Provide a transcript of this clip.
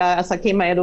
מהעסקים האלה,